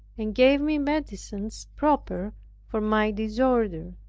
and gave me medicines proper for my disorder.